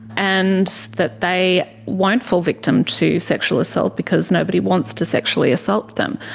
and that they won't fall victim to sexual assault because nobody wants to sexually assault them.